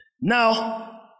Now